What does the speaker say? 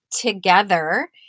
together